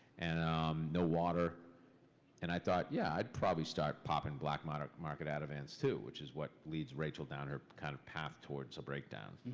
and um no water and i thought, yeah, i'd probably start popping blackmarket ativans too, which is what leads rachel down her kind of path towards a breakdown.